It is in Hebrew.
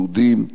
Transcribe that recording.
יהודים,